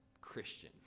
Christian